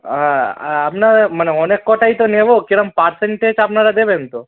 আপনার মানে অনেক কটাই তো নেবো কিরম পার্সেন্টেজ আপনারা দেবেন তো